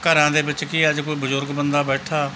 ਘਰਾਂ ਦੇ ਵਿੱਚ ਕੀ ਅੱਜ ਕੋਈ ਬਜ਼ੁਰਗ ਬੰਦਾ ਬੈਠਾ